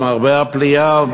למרבה הפליאה,